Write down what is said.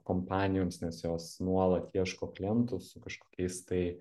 kompanijoms nes jos nuolat ieško klientų su kažkokiais tai